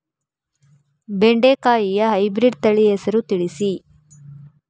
ಬೆಂಡೆಕಾಯಿಯ ಹೈಬ್ರಿಡ್ ತಳಿ ಹೆಸರು ತಿಳಿಸಿ?